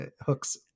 hooks